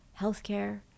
healthcare